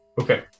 Okay